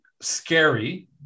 scary